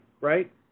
right